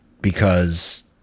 because-